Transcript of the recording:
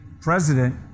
president